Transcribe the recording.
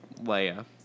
Leia